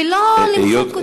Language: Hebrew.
ולא למחוק אותה.